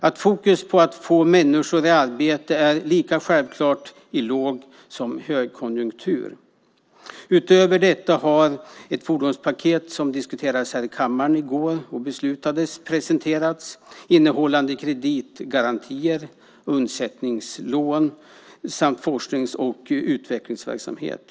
Att fokus är på att få människor i arbete är lika självklart i låg som högkonjunktur. Utöver detta har ett fordonspaket - som diskuterades här i kammaren i går och som det beslutats om - presenterats innehållande kreditgarantier, undsättningslån samt forsknings och utvecklingsverksamhet.